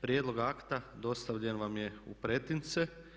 Prijedlog akta dostavljen vam je u pretince.